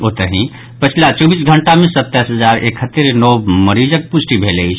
ओतहि पछिला चौबीस घंटा मे सत्ताईस हजार एकहत्तरि नव मरीजक पुष्टि भेल अछि